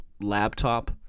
laptop